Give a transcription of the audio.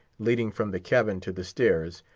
leading from the cabin to the stairs,